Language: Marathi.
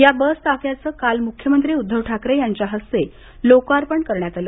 या बस ताफ्याचं काल मुख्यमंत्री उद्धव ठाकरे यांच्या हस्ते लोकार्पण करण्यात आलं